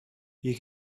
you